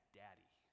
daddy